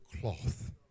cloth